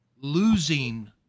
Losing